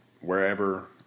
Wherever